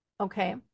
Okay